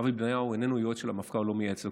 אבי בניהו איננו יועץ של המפכ"ל, הוא לא מייעץ לו.